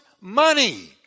money